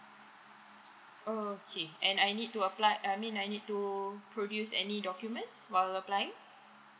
oh okay and I need to apply I mean I need to produce any documents while applying